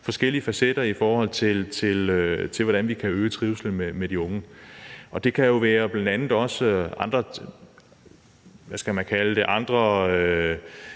forskellige facetter, i forhold til hvordan vi kan øge trivslen for de unge. Det kan jo bl.a. også være